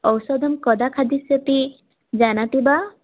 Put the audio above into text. औषधं कदा खादिष्यति जानाति वा